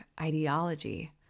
ideology